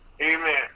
Amen